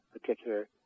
particular